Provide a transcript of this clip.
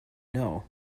know